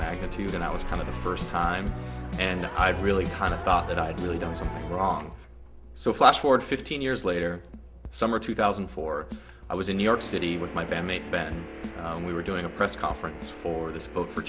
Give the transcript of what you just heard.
magnitude and i was kind of the first time and i've really kind of thought that i'd really done something wrong so flash forward fifteen years later summer two thousand and four i was in new york city with my band mate ben and we were doing a press conference for this book for